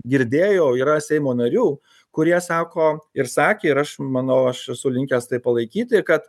girdėjau yra seimo narių kurie sako ir sakė ir aš manau aš esu linkęs tai palaikyti kad